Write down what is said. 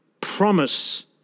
promise